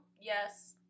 yes